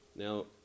Now